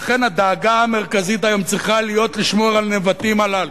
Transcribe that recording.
לכן הדאגה המרכזית היום צריכה להיות לשמור על הנבטים הללו,